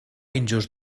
injust